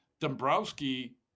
dombrowski